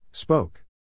Spoke